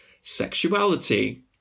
sexuality